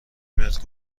متر